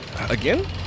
Again